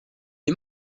est